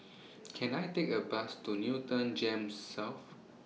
Can I Take A Bus to Newton Gems South